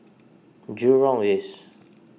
Jurong East